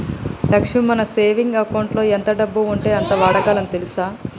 లక్ష్మి మన సేవింగ్ అకౌంటులో ఎంత డబ్బు ఉంటే అంత వాడగలం తెల్సా